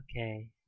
Okay